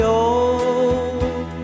old